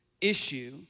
issue